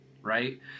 right